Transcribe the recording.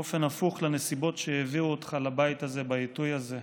באופן הפוך לנסיבות שהביאו אותך לבית הזה בעיתוי הזה,